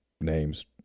names